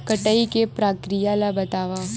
कटाई के प्रक्रिया ला बतावव?